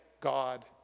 God